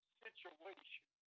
situation